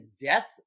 death